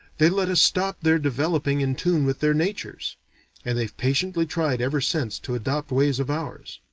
they let us stop their developing in tune with their natures and they've patiently tried ever since to adopt ways of ours.